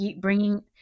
bringing